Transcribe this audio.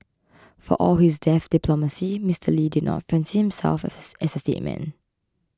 for all his deft diplomacy Mister Lee did not fancy himself as a statesman